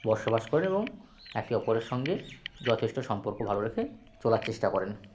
বসবাস করে এবং একে অপরের সঙ্গে যথেষ্ট সম্পর্ক ভালো রেখে চলার চেষ্টা করেন